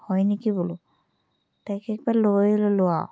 হয় নেকি বোলো তাকে লৈ ল'লোঁ আৰু